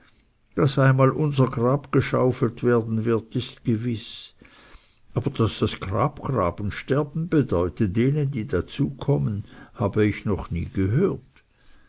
daß einmal unser grab geschaufelt werden wird ist gewiß aber daß das grabgraben sterben bedeute denen die dazukommen habe ich noch nie gehört